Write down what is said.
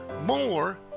more